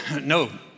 no